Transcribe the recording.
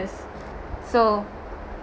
so